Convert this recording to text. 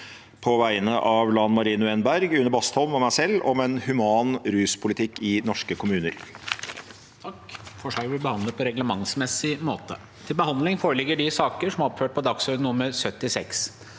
på vegne av Lan Marie Nguyen Berg, Une Bastholm og meg selv om en human ruspolitikk i norske kommuner.